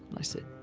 i said,